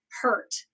hurt